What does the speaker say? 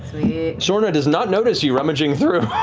soorna does not notice you rummaging through